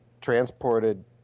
transported